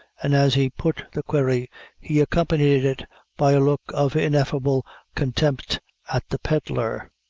and as he put the query he accompanied it by a look of ineffable contempt at the pedlar.